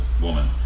woman